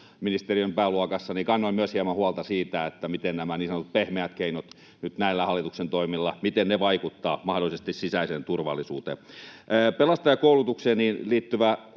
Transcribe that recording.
terveysministeriön pääluokassa kannoin myös hieman huolta siitä, miten nämä niin sanotut pehmeät keinot nyt näillä hallituksen toimilla vaikuttavat mahdollisesti sisäiseen turvallisuuteen. Pelastajakoulutukseen liittyvä